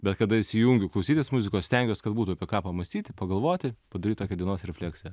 bet kada įsijungiu klausytis muzikos stengiuos kad būtų apie ką pamąstyti pagalvoti padaryt tokią dienos refleksiją